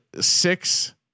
six